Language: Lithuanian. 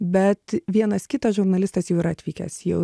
bet vienas kitas žurnalistas jau yra atvykęs jau